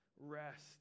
rest